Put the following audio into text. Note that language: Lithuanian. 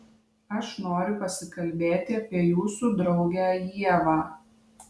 aš noriu pasikalbėti apie jūsų draugę ievą